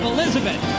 Elizabeth